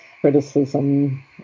criticism